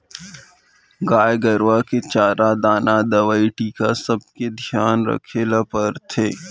गाय गरूवा के चारा दाना, दवई, टीका सबके धियान रखे ल परथे